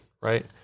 right